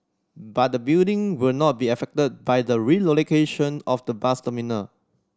but the building will not be affected by the relocation of the bus terminal